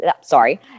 sorry